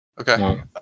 okay